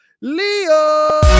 Leo